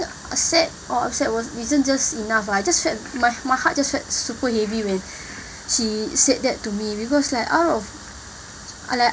sad or upset was isn't just enough I just felt my my heart just felt super heavy when she said that to me because like out of like